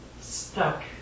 stuck